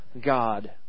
God